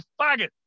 faggot